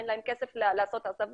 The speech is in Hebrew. אין להם כסף לעשות הסבות.